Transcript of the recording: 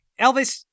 Elvis